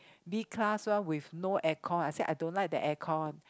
B class one with no aircon I say I don't like the aircon